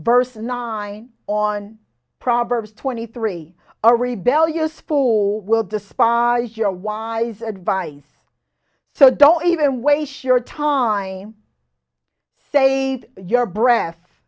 versus nine on proverbs twenty three a rebellious full will despise your wise advice so don't even waste your time save your br